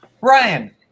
Ryan